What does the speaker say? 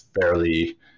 fairly